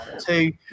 two